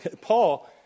Paul